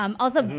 um also,